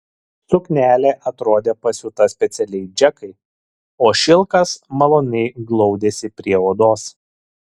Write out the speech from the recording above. suknelė atrodė pasiūta specialiai džekai o šilkas maloniai glaudėsi prie odos